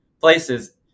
places